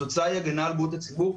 התוצאה היא הגנה על בריאות הציבור.